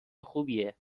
خوبیه